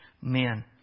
men